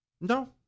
No